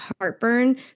heartburn